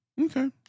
Okay